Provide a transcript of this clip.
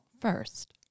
first